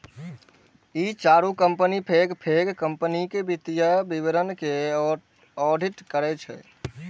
ई चारू कंपनी पैघ पैघ कंपनीक वित्तीय विवरण के ऑडिट करै छै